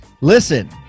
Listen